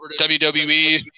WWE